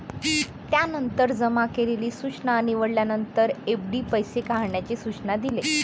त्यानंतर जमा केलेली सूचना निवडल्यानंतर, एफ.डी पैसे काढण्याचे सूचना दिले